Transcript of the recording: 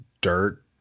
dirt